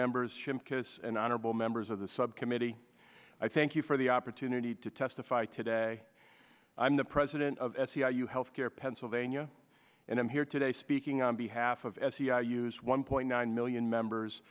members shimkus and honorable members of the subcommittee i thank you for the opportunity to testify today i'm the president of health care pennsylvania and i'm here today speaking on behalf of sci use one point nine million members